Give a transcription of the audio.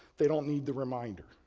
they don't need the remainder.